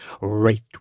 right